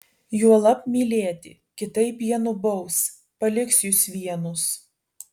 juolab mylėti kitaip jie nubaus paliks jus vienus